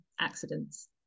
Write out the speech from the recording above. accidents